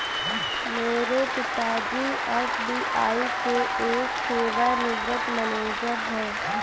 मेरे पिता जी एस.बी.आई के एक सेवानिवृत मैनेजर है